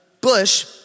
bush